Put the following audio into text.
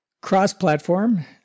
Cross-platform